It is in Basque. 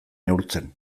neurtzen